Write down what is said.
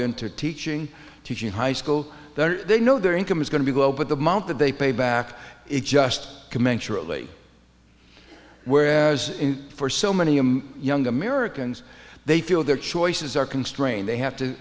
into teaching teaching high school then they know their income is going to be low but the amount that they pay back it's just commensurately whereas for so many i'm young americans they feel their choices are constrained they have to